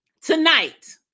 tonight